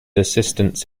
assistance